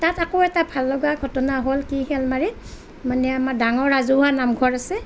তাত আকৌ এটা ভাল লগা ঘটনা হ'ল কি শিয়ালমাৰীত মানে আমাৰ ডাঙৰ ৰাজহুৱা নামঘৰ আছে